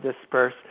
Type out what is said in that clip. disperse